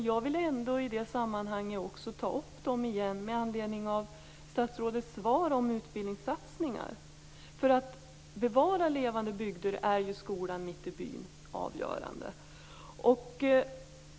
Jag vill ta upp dem igen med anledning av det som sägs om utbildningssatsningar i statsrådets svar. För att bevara levande bygder är skolan mitt i byn avgörande.